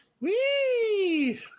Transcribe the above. Wee